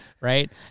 right